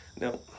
No